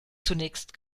zunächst